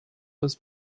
was